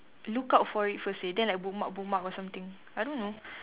look out for it first seh then like bookmark bookmark or something I don't know